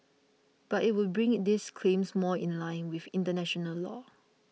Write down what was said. but it would bring these claims more in line with international law